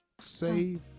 Save